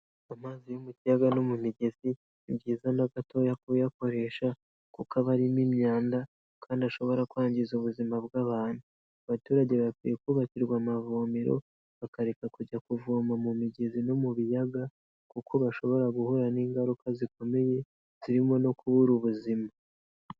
Amazi yo mu kiyaga no mu migezi si byiza na gatoya kuyakoresha kuko aba arimo imyanda kandi ashobora kwangiza ubuzima bw'abantu, abaturage bakwiye kubakirwa amavomero bakareka kujya kuvoma mu migezi no mu biyaga kuko bashobora guhura n'ingaruka zikomeye zirimo no kubura ubuzima.